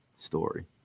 Story